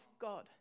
God